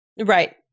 Right